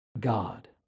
God